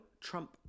Trump